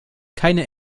keine